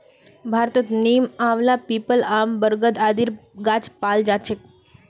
भारतत नीम, आंवला, पीपल, आम, बरगद आदिर गाछ पाल जा छेक